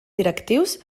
directius